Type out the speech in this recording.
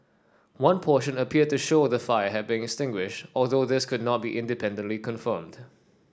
one portion appeared to show the fire had been extinguished although this could not be independently confirmed